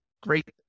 great